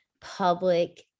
public